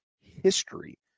history